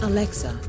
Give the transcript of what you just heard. Alexa